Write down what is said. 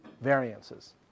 variances